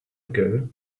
ago